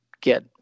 get